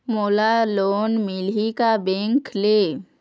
मोला लोन मिलही का बैंक ले?